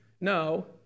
no